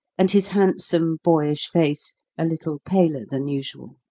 and his handsome, boyish face a little paler than usual.